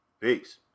peace